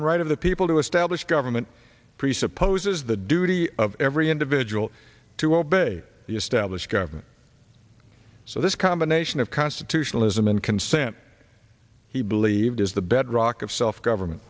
and right of the people who stablish government presupposes the duty of every individual to obey the established government so this combination of constitutionalism and consent he believed is the bedrock of self government